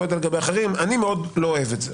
אני לא יודע לגבי אחרים, אני מאוד לא אוהב את זה.